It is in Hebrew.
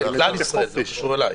זה כלל ישראל, זה קשור אליי.